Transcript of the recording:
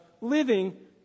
living